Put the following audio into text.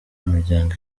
imiryango